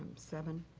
seven.